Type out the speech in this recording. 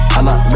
I'ma